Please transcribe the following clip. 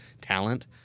talent